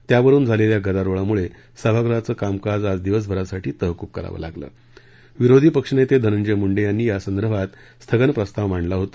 त्यावरून झालेल्या गदारोळामुळे सभागृहाचं कामकाज आज दिवसभरासाठी तहकूब करावं लागलं विरोधी पक्षनेते धनंजय मुंडे यांनी यासंदर्भात स्थगन प्रस्ताव मांडला होता